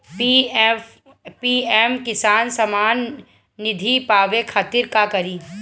PM Kisan Samman Nidhi पावे खातिर का करी?